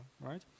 right